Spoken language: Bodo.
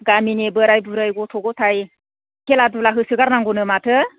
गामिनि बोराइ बुरै गथ' ग'थाइ खेला दुला होसो गारनांगौनो माथो